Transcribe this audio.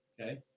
okay